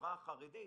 החברה החרדית